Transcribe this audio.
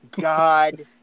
God